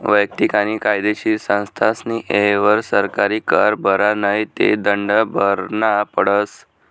वैयक्तिक आणि कायदेशीर संस्थास्नी येयवर सरकारी कर भरा नै ते दंड भरना पडस